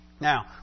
Now